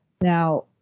Now